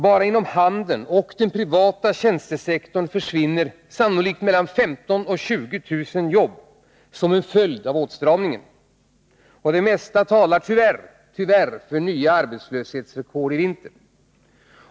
Bara inom handeln och den privata tjänstesektorn försvinner sannolikt 15 000-20 000 jobb som en följd av åtstramningen. Det mesta talar —tyvärr — för nya arbetslöshetsrekord i vinter.